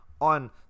on